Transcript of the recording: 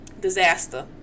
disaster